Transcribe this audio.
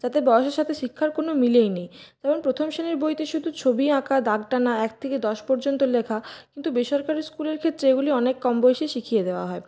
যাতে বয়সের সাথে শিক্ষার কোনো মিলই নেই যেমন প্রথম শ্রেণীর বইতে শুধু ছবি আঁকা দাগ টানা এক থেকে দশ পর্যন্ত লেখা কিন্তু বেসরকারি স্কুলের ক্ষেত্রে এগুলি অনেক কম বয়সে শিখিয়ে দেওয়া হয়